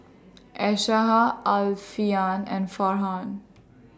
Aishah Alfian and Farhan